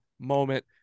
moment